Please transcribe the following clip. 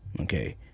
Okay